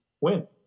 Win